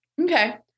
Okay